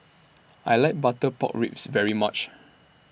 I like Butter Pork Ribs very much